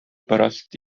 pärast